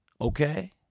Okay